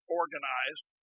organized